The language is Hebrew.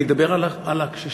אני אדבר על הקשישים,